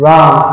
Ram